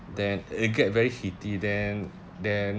then uh get very heaty then then